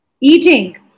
Eating